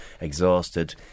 exhausted